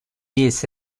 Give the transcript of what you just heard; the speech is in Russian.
весь